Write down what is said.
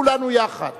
כולנו יחד,